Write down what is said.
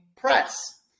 press